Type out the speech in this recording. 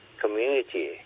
community